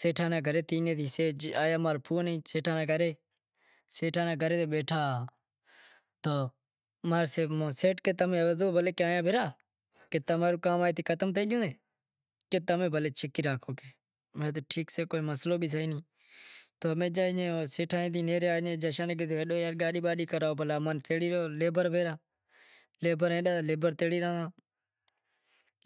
سیٹھاں رے گھرے آیا تو ماں رو کاکو کہے کہ تماں رو کام ختم تھئی گیو تمیں بھلی شکی راکھو امیں کیدہو ٹھیک سے کوئی مسئلو سے بھی نائیں پسے میں کہیو ٹھیک سے کوئی مسئلو بھی سے نئیں سیٹھاں ناں کیدہو ماں نیں تیڑی ہالو لیبر بھیگا گاڈی باڈی کراوو، لیبر تیڑی زاشاں،